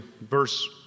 verse